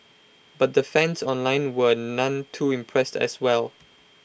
but the fans online were none too impressed as well